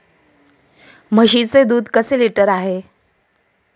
म्हशीचे दूध कसे लिटर आहे?